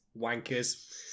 wankers